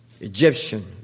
Egyptian